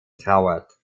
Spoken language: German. trauert